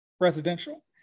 residential